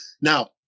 Now